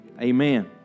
Amen